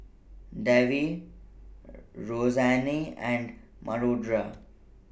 Davie Roseanne and Madora